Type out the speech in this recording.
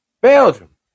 Belgium